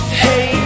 hey